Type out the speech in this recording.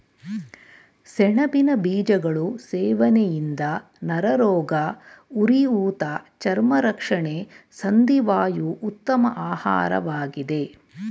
ಸೆಣಬಿನ ಬೀಜಗಳು ಸೇವನೆಯಿಂದ ನರರೋಗ, ಉರಿಊತ ಚರ್ಮ ರಕ್ಷಣೆ ಸಂಧಿ ವಾಯು ಉತ್ತಮ ಆಹಾರವಾಗಿದೆ